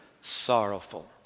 sorrowful